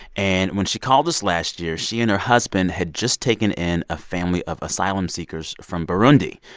and when she called us last year, she and her husband had just taken in a family of asylum-seekers from burundi,